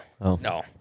No